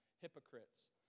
hypocrites